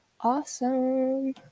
Awesome